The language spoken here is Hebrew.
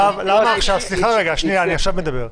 סליחה, אני עכשיו מדבר.